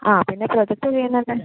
ആ പിന്നെ പ്രൊജക്റ്റ് ചെയ്യുന്നുണ്ടല്ല്